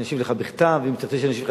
אני אשיב לך בכתב ואם תרצה שאני אשיב לך